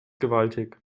gewaltig